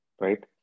right